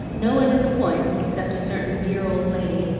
no one at the point, except a certain dear old lady,